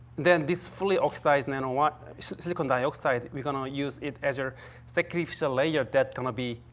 then this fully-oxidized nanowire silicon dioxide, you're gonna use it as your sacrificial layer that gonna be,